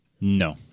No